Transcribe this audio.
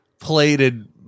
plated